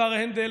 השר הנדל,